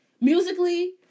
Musically